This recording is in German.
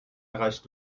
erreicht